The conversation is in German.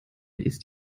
ist